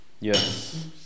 Yes